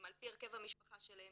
על פי הרכב המשפחה שלהם,